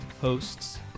hosts